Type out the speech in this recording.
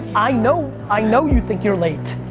i know i know you think you're late.